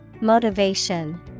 Motivation